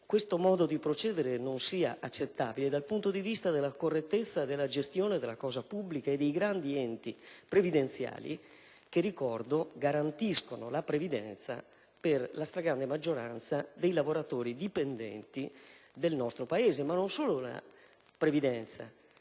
questo modo di procedere non sia accettabile dal punto di vista della correttezza della gestione della cosa pubblica e dei grandi enti previdenziali, che - ricordo - garantiscono la previdenza per la stragrande maggioranza dei lavoratori dipendenti del nostro Paese. Ricordo, inoltre,